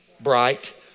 bright